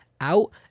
out